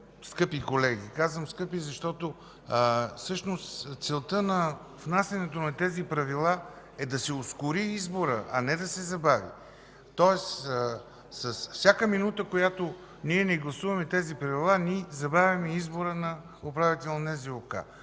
скъпи колеги! Казвам „скъпи”, защото целта на внасянето на тези Правила е да се ускори изборът, а не да се забави. Тоест с всяка минута, негласувайки Правилата, ние забавяме избора на управител на НЗОК.